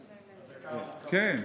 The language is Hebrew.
כן.